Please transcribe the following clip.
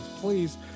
please